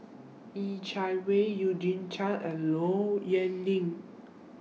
Yeh Chi Wei Eugene Chen and Low Yen Ling